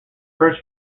first